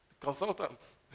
consultants